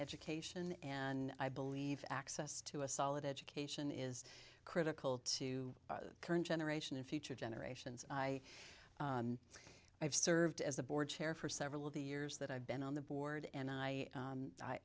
education and i believe access to a solid education is critical to the current generation and future generations i i've served as a board chair for several of the years that i've been on the board and i